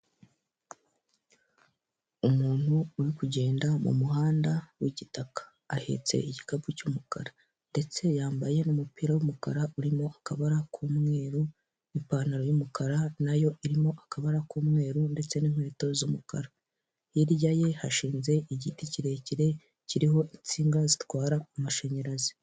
Umuntu uri kugenda mumuhanda w'igitaka ahetse igikapu cy'umukara ndetse yambaye umupira w'umukara urimo akabara k'umweru n'ipantaro y'umukara nayo irimo akabara k'umweru ndetse n'inkweto z'umukara, hirya ye hashinze igiti kirekire kiriho insinga zitwara amashanyarazi.